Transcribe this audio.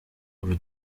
uru